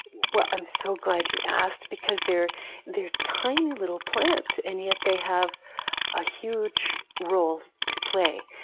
well, i'm so glad you asked because they're they're tiny little plants and yet they have a huge role to play.